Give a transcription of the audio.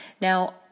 Now